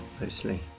mostly